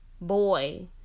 boy